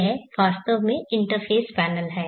यह वास्तव में इंटरफेस पैनल है